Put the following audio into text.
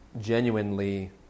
genuinely